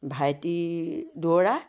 ভাইটি দুৱৰা